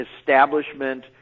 establishment